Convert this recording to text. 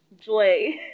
Joy